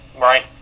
Right